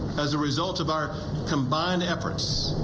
as a result of our combined effort.